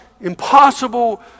impossible